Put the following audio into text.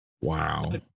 Wow